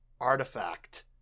Artifact